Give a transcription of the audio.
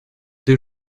des